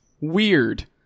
weird